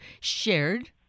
shared